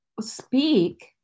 speak